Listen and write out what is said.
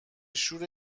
شور